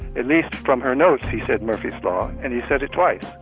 at least from her notes he said murphy's law. and he said it twice.